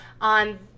on